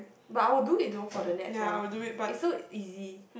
but I'll do it though for the next one it's so easy